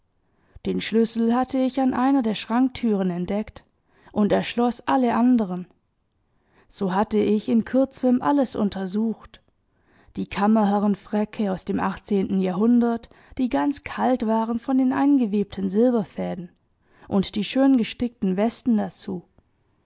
den schlüssel hatte ich an einer der schranktüren entdeckt und er schloß alle anderen so hatte ich in kurzem alles untersucht die kammerherrenfräcke aus dem achtzehnten jahrhundert die ganz kalt waren von den eingewebten silberfäden und die schön gestickten westen dazu